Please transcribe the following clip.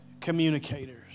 communicators